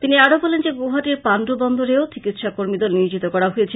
তিনি আরো বলেন যে গুয়াহাটির পান্ডু বন্দরেও চিকিৎসাস কর্মীদল নিয়োজিত করা হয়েছে